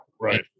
Right